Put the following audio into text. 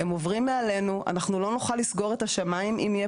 אנחנו לא נוכל לסגור את השמיים אם יהיה